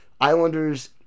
Islanders